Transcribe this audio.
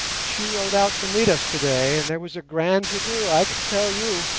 she rode out to meet us today, and there was a grand to-do, i can tell you.